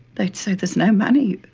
they'd say there's no money,